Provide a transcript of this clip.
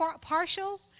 partial